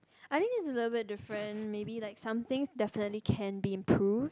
I think it's a little bit different maybe like something definitely can be improved